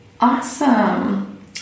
Awesome